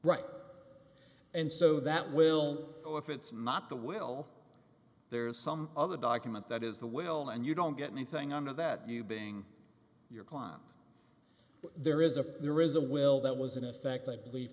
right and so that will go if it's not the will there is some other document that is the will and you don't get me thing under that you being your client there is a there is a will that was in effect i believe